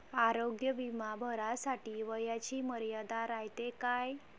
आरोग्य बिमा भरासाठी वयाची मर्यादा रायते काय?